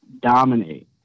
dominate